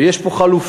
ויש פה חלופות.